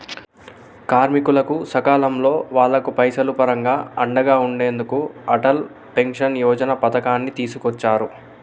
కార్మికులకు సకాలంలో వాళ్లకు పైసలు పరంగా అండగా ఉండెందుకు అటల్ పెన్షన్ యోజన పథకాన్ని తీసుకొచ్చారు